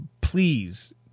please